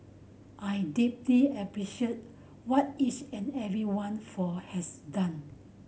I deeply appreciate what each and every one for has done